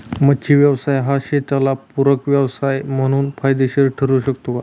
मच्छी व्यवसाय हा शेताला पूरक व्यवसाय म्हणून फायदेशीर ठरु शकतो का?